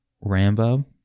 Rambo